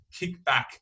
kickback